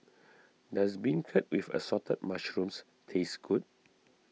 does Beancurd with Assorted Mushrooms taste good